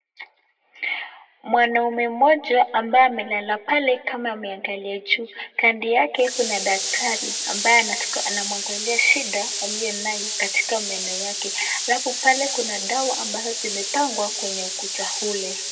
Mwanaume mmoja ambaye amelala pale kama ameangalia juu, kando yake kuna daktari ambaye anamwangalia shida aliyo nayo katika meno yake. Alafu pale kuna dawa ambazo zimepangwa kwenye ukuta ule.